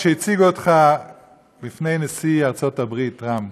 כשהציגו אותך בפני נשיא ארצות הברית טראמפ